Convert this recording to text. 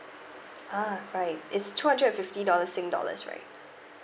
ah right it's two hundred and fifty dollars sing dollars right